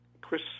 Chris